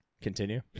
continue